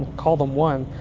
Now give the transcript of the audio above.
call them one,